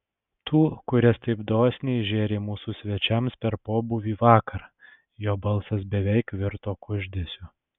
tų kurias taip dosniai žėrei mūsų svečiams per pobūvį vakar jo balsas beveik virto kuždesiu